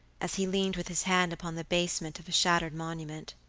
as he leaned with his hand upon the basement of a shattered monument.